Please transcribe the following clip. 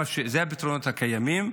הפתרונות הקיימים.